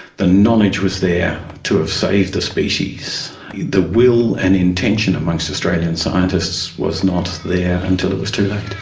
the knowledge was there to have saved the species the will and intention amongst australian scientists was not there until it was too late.